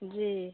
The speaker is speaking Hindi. जी